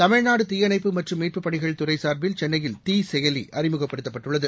தமிழ்நாடு தீயணைப்பு மற்றும் மீட்புப்பணிகள் துறை சார்பில் சென்னையில் தீ செயலி அறிமுகப்படுத்தப்பட்டுள்ளது